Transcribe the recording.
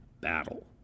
battle